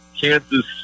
Kansas